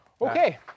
Okay